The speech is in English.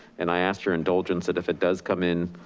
and i ask your indulgence that if it does come in,